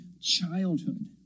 childhood